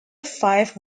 five